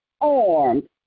armed